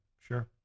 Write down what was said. sure